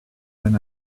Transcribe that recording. when